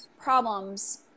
problems